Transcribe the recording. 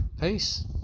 Peace